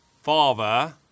Father